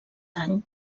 any